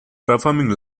performing